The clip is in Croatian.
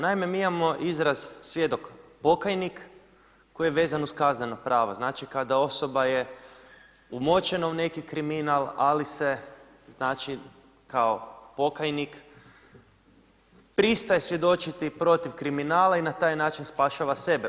Naime, mi imamo izraz „svjedok pokajnik“ koji je vezan uz Kazneno prava, znači kada osoba je umočena u neki kriminal ali se znači kao pokajnik pristaje svjedočiti protiv kriminala i na taj način spašava sebe.